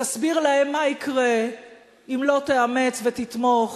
תסביר להם מה יקרה אם לא תאמץ ותתמוך